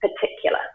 particular